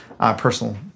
Personal